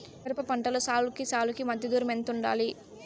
మిరప పంటలో సాలుకి సాలుకీ మధ్య దూరం ఎంత వుండాలి?